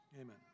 Amen